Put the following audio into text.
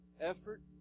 effort